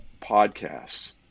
podcasts